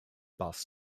busts